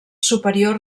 superior